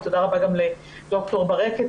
תודה רבה גם לד"ר ברקת,